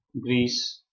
Greece